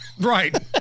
Right